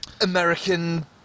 American